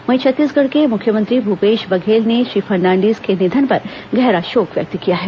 वहीं छत्तीसगढ़ के मुख्यमंत्री भूपेश बघेल ने श्री फर्नांडिस के निधन पर गहरा शोक व्यक्त किया है